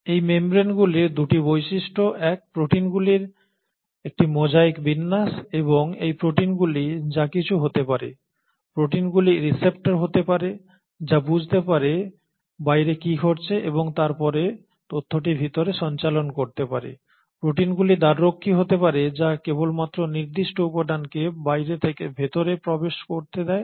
এই মেমব্রেনগুলির 2টি বৈশিষ্ট্য এক প্রোটিনগুলির একটি মোজাইক বিন্যাস এবং এই প্রোটিনগুলি যা কিছু হতে পারে প্রোটিনগুলি রিসেপ্টর হতে পারে যা বুঝতে পারে বাইরে কী ঘটছে এবং তারপরে তথ্যটি ভিতরে সঞ্চালন করতে পারে প্রোটিনগুলি দ্বাররক্ষী হতে পারে যা কেবলমাত্র নির্দিষ্ট উপাদানকে বাইরে থেকে ভিতরে প্রবেশ করতে দেয়